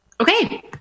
Okay